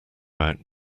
out